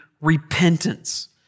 repentance